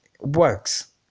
works